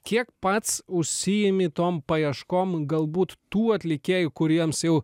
kiek pats užsiimi tom paieškom galbūt tų atlikėjų kuriems jau